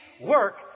work